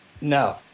no